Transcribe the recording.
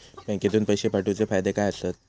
बँकेतून पैशे पाठवूचे फायदे काय असतत?